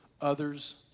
others